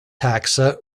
taxa